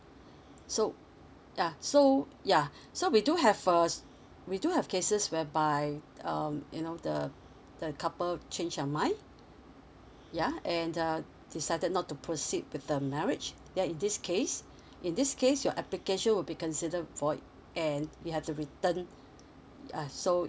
so yeah so yeah so we do have uh we do have cases whereby um you know the the couple change their mind ya and uh decided not to proceed with the marriage then in this case in this case your application will be considered void and you have the return yeah so